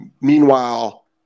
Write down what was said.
meanwhile